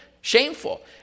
shameful